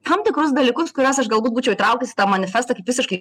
tam tikrus dalykus kuriuos aš galbūt būčiau įtraukus į tą manifestą kaip visiškai